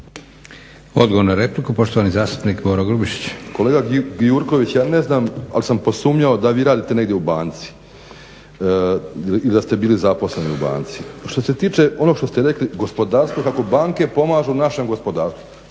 Odgovor na repliku poštovani zastupnik Boro Grubišić. **Grubišić, Boro (HDSSB)** Kolega Gjurković, ja ne znam, ali sam posumnjao da vi radite negdje u banci ili da ste bili zaposleni u banci. Što se tiče onoga što ste rekli, gospodarstvo, kako banke pomažu našem gospodarstvu.